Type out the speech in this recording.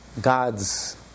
God's